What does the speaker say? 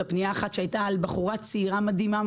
פניה אחת הייתה של בחורה צעירה מדהימה,